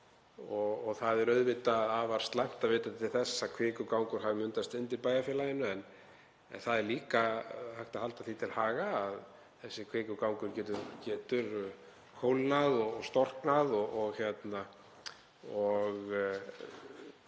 og það er auðvitað afar slæmt að vita til þess að kvikugangur hafi myndast undir bæjarfélaginu en það er líka hægt að halda því til haga að þessi kvikugangur getur kólnað og storknað og ekki